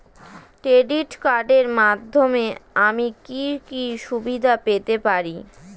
Credit কার্ডের মাধ্যমে আমি কি কি সুবিধা পেতে পারি?